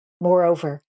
Moreover